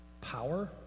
power